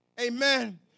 Amen